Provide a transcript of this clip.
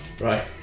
Right